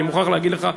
אני מוכרח להגיד לך,